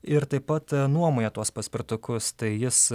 ir taip pat nuomoja tuos paspirtukus tai jis